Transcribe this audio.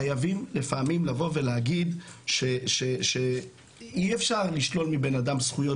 חייבים לפעמים להגיד שאי אפשר לשלול מבן אדם זכויות,